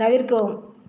தவிர்க்கவும்